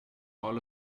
all